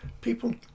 people